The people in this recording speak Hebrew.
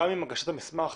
גם אם הגשת המסמך